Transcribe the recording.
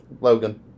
Logan